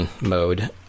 mode